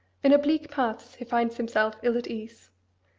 in oblique paths he finds himself ill at ease.